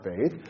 faith